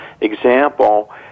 example